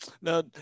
No